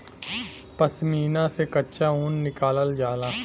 पश्मीना से कच्चा ऊन निकालल जाला